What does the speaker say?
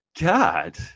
god